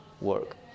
work